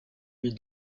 lui